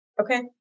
okay